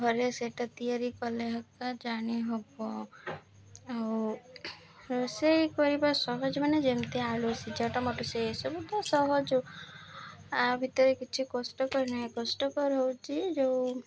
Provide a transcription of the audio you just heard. ଘରେ ସେଇଟା ତିଆରି କଲେ ହକା ଜାଣି ହବ ଆଉ ରୋଷେଇ କରିବା ସହଜ ମାନେ ଯେମିତି ଆଳୁ ସିଝାଟା ମତେ ସେ ଏସବୁ ତ ସହଜ ଆଭିତରେ କିଛି କଷ୍ଟକର ନାହିଁ କଷ୍ଟକର ହେଉଛି ଯେଉଁ